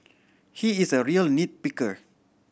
he is a real nit picker